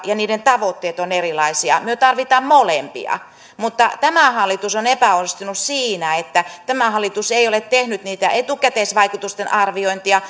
ja niiden tavoitteet ovat erilaisia me tarvitsemme molempia tämä hallitus on epäonnistunut siinä että tämä hallitus ei ole tehnyt niitä etukäteisvaikutusten arviointeja